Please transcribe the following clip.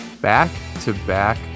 Back-to-back